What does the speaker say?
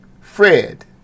Fred